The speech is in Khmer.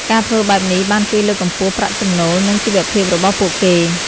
ការធ្វើបែបនេះបានជួយលើកកម្ពស់ប្រាក់ចំណូលនិងជីវភាពរបស់ពួកគេ។